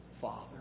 father